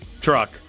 truck